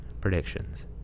Predictions